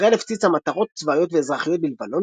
ישראל הפציצה מטרות צבאיות ואזרחיות בלבנון